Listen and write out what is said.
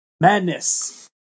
madness